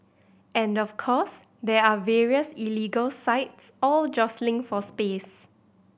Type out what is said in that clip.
and of course there are various illegal sites all jostling for space